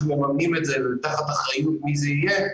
מממנים את זה ותחת אחריות מי זה יהיה,